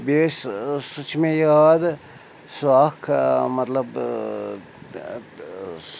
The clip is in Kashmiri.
بیٚیہِ ٲسۍ سُہ چھِ مےٚ یاد سُہ اَکھ مطلب